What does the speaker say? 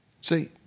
See